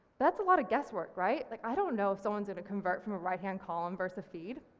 that's a lot of guesswork, right? like i don't know if someone's gonna convert from a right-hand column versus feed.